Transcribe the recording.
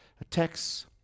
attacks